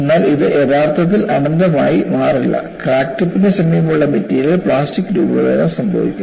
എന്നാൽ ഇത് യഥാർത്ഥത്തിൽ അനന്തമായി മാറില്ല ക്രാക്ക് ടിപ്പിന് സമീപമുള്ള മെറ്റീരിയൽ പ്ലാസ്റ്റിക് രൂപഭേദം സംഭവിക്കും